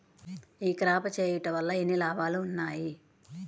ఈ క్రాప చేయుట వల్ల ఎన్ని లాభాలు ఉన్నాయి?